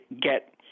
get